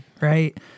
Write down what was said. right